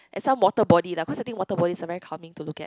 at some waterbody lah cause I think waterbody is a very calming to look at